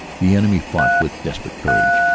the enemy fought with desperate courage,